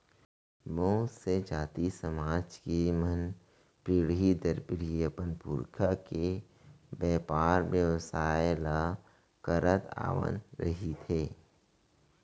बहुत से जाति, समाज के मन पीढ़ी दर पीढ़ी अपन पुरखा के बेपार बेवसाय ल करत आवत रिहिथे